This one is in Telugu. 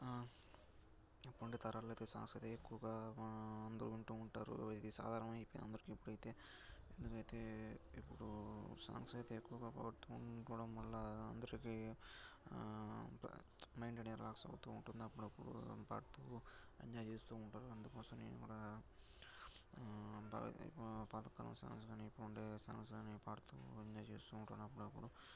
ఇప్పుడు ఉండే తారల్లో అయితే సాంగ్స్ అయితే ఎక్కువగా అందరూ వింటూ ఉంటారు ఇది సాధారణం అయిపోయింది అందరికీ ఇప్పుడైతే ఎందుకైతే ఇప్పుడు సాంగ్స్ అయితే ఎక్కువగా పాడుతూ ఉండడం వల్ల అందరికీ మైండ్ రిలాక్స్ అవుతూ ఉంటుంది అప్పుడప్పుడు పాడుతూ ఎంజాయ్ చేస్తూ ఉంటారు అందుకోసం నేను కూడా పాతకాలం సాంగ్స్ కానీ ఇప్పుడు ఉండే సాంగ్స్ కానీ పాడుతూ ఎంజాయ్ చేస్తూ ఉంటాను అప్పుడప్పుడు